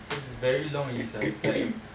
cause it's very long already sia it's like